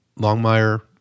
Longmire